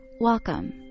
Welcome